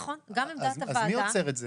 אז מי עוצר את זה?